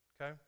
Okay